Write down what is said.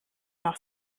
noch